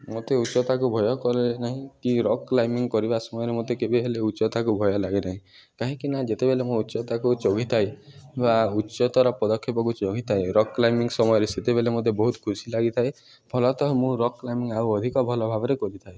ମୋତେ ଉଚ୍ଚତାକୁ ଭୟ କଲେ ନାହିଁ କି ରକ୍ କ୍ଲାଇମ୍ବିଙ୍ଗ କରିବା ସମୟରେ ମୋତେ କେବେ ହେଲେ ଉଚ୍ଚତାକୁ ଭୟ ଲାଗେ ନାହିଁ କାହିଁକିନା ଯେତେବେଳେ ମୁଁ ଉଚ୍ଚତାକୁ ଚଢ଼ିଥାଏ ବା ଉଚ୍ଚତର ପଦକ୍ଷେପକୁ ଚଢ଼ିଥାଏ ରକ୍ କ୍ଲାଇମ୍ବିଙ୍ଗ ସମୟରେ ସେତେବେଳେ ମୋତେ ବହୁତ ଖୁସି ଲାଗିଥାଏ ଫଳତଃ ମୁଁ ରକ୍ କ୍ଲାଇମ୍ବିଙ୍ଗ ଆଉ ଅଧିକ ଭଲ ଭାବରେ କରିଥାଏ